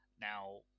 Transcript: Now